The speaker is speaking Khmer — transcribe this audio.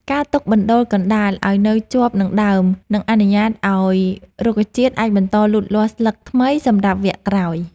ការទុកបណ្ដូលកណ្ដាលឱ្យនៅជាប់នឹងដើមនឹងអនុញ្ញាតឱ្យរុក្ខជាតិអាចបន្តលូតលាស់ស្លឹកថ្មីសម្រាប់វគ្គក្រោយ។